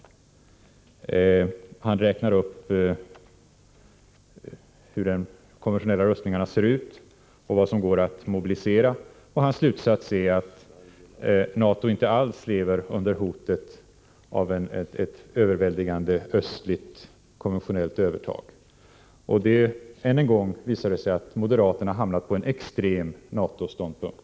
Han beskriver hur de konventionella rustningarna ser ut och redovisar vad som går att mobilisera. Hans slutsats är att NATO inte alls lever under hotet av ett överväldigande östligt konventionellt övertag. Än en gång visar det sig att moderaterna hamnat på en extrem NATO ståndpunkt.